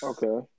Okay